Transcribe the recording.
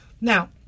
Now